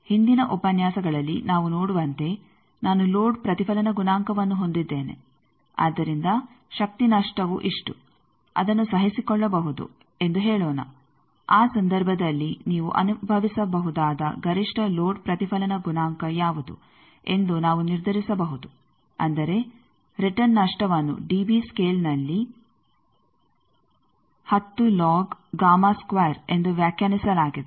ಹಿಂದಿನ ಉಪನ್ಯಾಸಗಳಲ್ಲಿ ನಾವು ನೋಡುವಂತೆ ನಾನು ಲೋಡ್ ಪ್ರತಿಫಲನ ಗುಣಾಂಕವನ್ನು ಹೊಂದಿದ್ದೇನೆ ಆದ್ದರಿಂದ ಶಕ್ತಿ ನಷ್ಟವು ಇಷ್ಟು ಅದನ್ನು ಸಹಿಸಿಕೊಳ್ಳಬಹುದು ಎಂದು ಹೇಳೋಣ ಆ ಸಂದರ್ಭದಲ್ಲಿ ನೀವು ಅನುಭವಿಸಬಹುದಾದ ಗರಿಷ್ಠ ಲೋಡ್ ಪ್ರತಿಫಲನ ಗುಣಾಂಕ ಯಾವುದು ಎಂದು ನಾವು ನಿರ್ಧರಿಸಬಹುದು ಅಂದರೆ ರಿಟರ್ನ್ ನಷ್ಟವನ್ನು ಡಿಬಿ ಸ್ಕೇಲ್ನಲ್ಲಿ ಎಂದು ವ್ಯಾಖ್ಯಾನಿಸಲಾಗಿದೆ